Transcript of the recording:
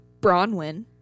Bronwyn